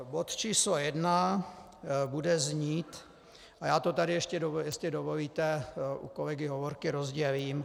Bod číslo 1 bude znít a já to tady ještě, jestli dovolíte, u kolegy Hovorky rozdělím.